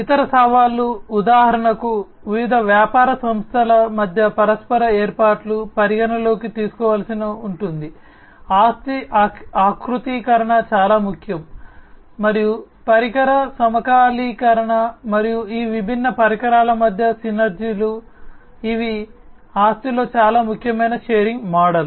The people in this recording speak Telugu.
ఇతర సవాళ్లు ఉదాహరణకు వివిధ వ్యాపార సంస్థల మధ్య పరస్పర ఏర్పాట్లు పరిగణనలోకి తీసుకోవలసి ఉంటుంది ఆస్తి ఆకృతీకరణ చాలా ముఖ్యం మరియు పరికర సమకాలీకరణ మరియు ఈ విభిన్న పరికరాల మధ్య సినర్జీలు ఇవి ఆస్తిలో చాలా ముఖ్యమైనవి షేరింగ్ మోడల్